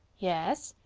yes.